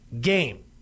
game